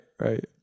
right